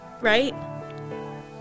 right